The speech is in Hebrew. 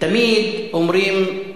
תמיד אומרים,